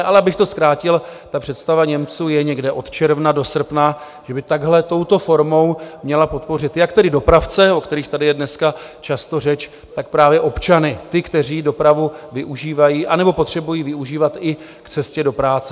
Ale abych to zkrátil: představa Němců je, že někdy od června do srpna by touto formou měli podpořit jak dopravce, o kterých je tady dneska často řeč, tak právě občany, ty, kteří dopravu využívají nebo potřebují využívat, i k cestě do práce.